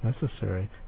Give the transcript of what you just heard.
necessary